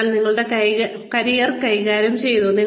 അതിനാൽ നിങ്ങൾ നിങ്ങളുടെ കരിയർ കൈകാര്യം ചെയ്തു